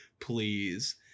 please